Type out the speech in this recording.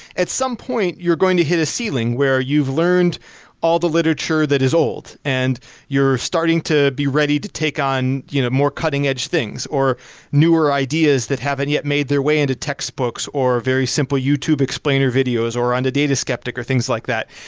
at some point you're going to hit a ceiling where you've learned all the literature that is old and you're starting to be ready to take on you know more cutting-edge things or newer ideas that haven't yet made their way into textbooks or very simple youtube explainer videos or on the data skeptic or things like that.